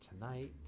tonight